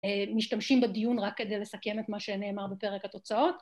‫משתמשים בדיון רק כדי לסכם ‫את מה שנאמר בפרק התוצאות.